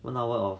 one hour eh